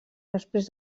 després